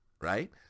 right